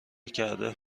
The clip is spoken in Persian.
کرده